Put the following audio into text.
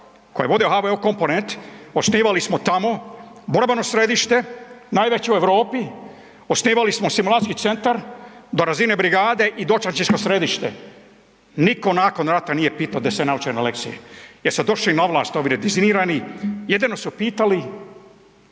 koji je vodio HVO komponent, osnivali smo tamo borbeno središte najveće u Europi, osnivali smo simulacijski centar do razine brigade i dočasničko središte. Niko nakon rata nije pito da se nauče na lekcije jer su došli na vlast ovi dezidinirani. Jedino su pitali,